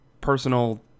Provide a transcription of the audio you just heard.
personal